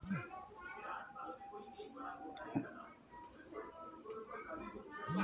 निवेश प्रदर्शन निवेश पोर्टफोलियो पर भेटै बला प्रतिफल होइ छै